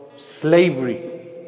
Slavery